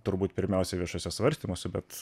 turbūt pirmiausia viešuose svarstymuose bet